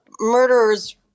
murderers